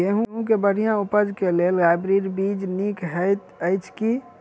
गेंहूँ केँ बढ़िया उपज केँ लेल हाइब्रिड बीज नीक हएत अछि की?